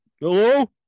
hello